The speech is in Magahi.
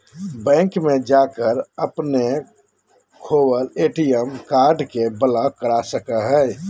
बैंक में जाकर अपने खोवल ए.टी.एम कार्ड के ब्लॉक करा सको हइ